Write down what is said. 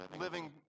living